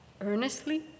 earnestly